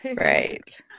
Right